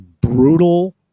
brutal